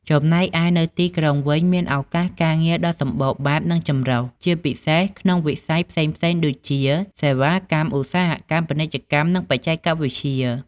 ចំណែកឯនៅទីក្រុងវិញ មានឱកាសការងារដ៏សម្បូរបែប និងចម្រុះ ជាពិសេសក្នុងវិស័យផ្សេងៗដូចជា សេវាកម្ម ឧស្សាហកម្ម ពាណិជ្ជកម្ម និងបច្ចេកវិទ្យា។